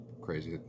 crazy